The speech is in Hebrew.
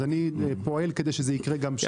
אז אני פועל כדי שזה יקרה גם שם.